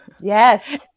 Yes